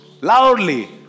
Loudly